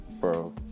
Bro